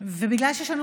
ובגלל שיש לנו